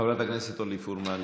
חברתי הכנסת אורלי פרומן,